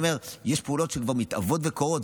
אני אומר שיש פעולות שכבר מתהוות וקורות,